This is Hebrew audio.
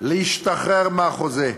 להשתחרר מהחוזה.